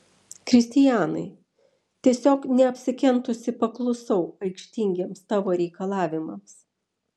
kristianai tiesiog neapsikentusi paklusau aikštingiems tavo reikalavimams